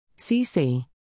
CC